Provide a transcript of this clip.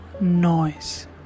noise